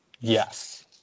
Yes